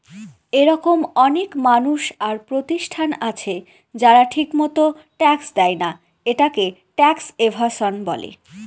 এরকম অনেক মানুষ আর প্রতিষ্ঠান আছে যারা ঠিকমত ট্যাক্স দেয়না, এটাকে ট্যাক্স এভাসন বলে